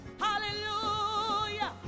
hallelujah